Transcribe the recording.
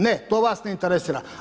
Ne, to vas ne interesira.